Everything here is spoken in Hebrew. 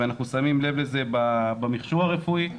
ואנחנו שמים לב לזה במכשור הרפואי,